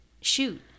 Shoot